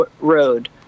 road